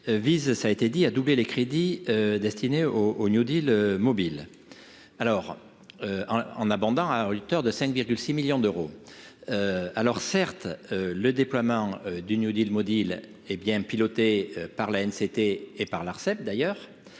vise, ça a été dit à doubler les crédits destinés au au New Deal mobile alors en abondant à hauteur de 5,6 millions d'euros, alors certes le déploiement du New Deal, Odile, hé bien piloté par la haine, c'était et par l'Arcep, d'ailleurs,